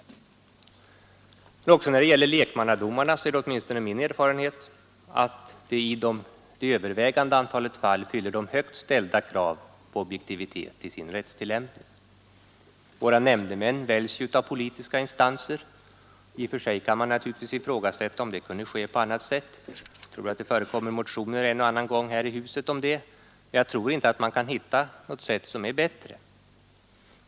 Men också när det gäller lekmannadomarna är det åtminstone min erfarenhet att de i det övervägande antalet fall fyller högt ställda krav på objektivitet i sin rättstillämpning. Våra nämndemän väljs ju av politiska instanser. I och för sig kan man naturligtvis ifrågasätta om det kunde ske på annat sätt — det förekommer väl motioner en och annan gång här i huset om det — men jag tror inte man kan hitta något sätt som skulle vara bättre.